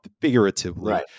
figuratively